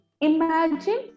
imagine